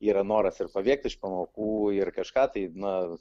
yra noras ir pabėgti iš pamokų ir kažką tai na